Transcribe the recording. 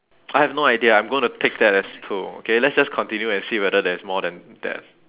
I have no idea I'm gonna take that as two okay let's just continue and see whether there is more than that